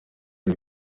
ari